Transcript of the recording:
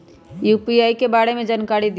UPI के बारे में जानकारी दियौ?